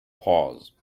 pause